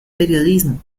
periodismo